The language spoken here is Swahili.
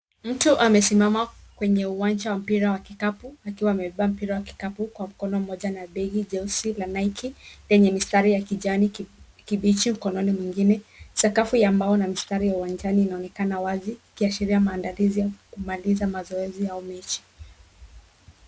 Mtu amesimama kwenye uwanja wa mpira wa kikapu, akiwa ameshika mpira wa kikapu kwa mkono mmoja na begi la Nike lenye mistari ya kijani kibichi kwa mkono mwingine. Sakafu ya mbao yenye mistari ya uwanjani inaonekana wazi, ikiashiria kwamba mazoezi au mechi yamekamilika